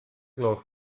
gloch